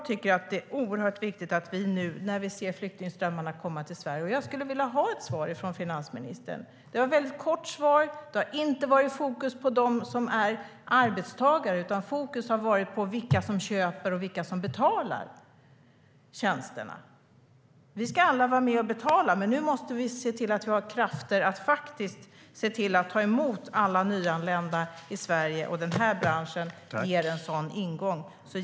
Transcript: Det är oerhört viktigt när vi nu ser dessa flyktingströmmar komma till Sverige.Jag skulle vilja ha ett svar från finansministern. Hennes svar var kort, och det hade inte fokus på dem som är arbetstagare utan på vilka som köper och vilka som betalar tjänsterna. Vi ska alla vara med och betala, men nu måste vi se till att det finns krafter att ta emot alla nyanlända i Sverige. Den här branschen ger en sådan ingång.